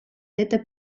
это